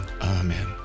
Amen